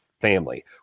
family